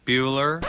Bueller